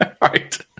right